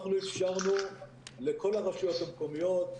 אנחנו אפשרנו לכל הרשויות המקומיות,